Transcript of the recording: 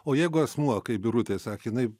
o jeigu asmuo kaip birutė sakė jinai